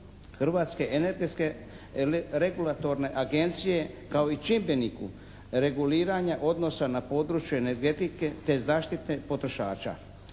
Hrvatske energetske regulatorne agencije kao i čimbeniku reguliranja odnosa na područje energetike te zaštite potrošača.